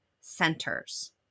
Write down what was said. centers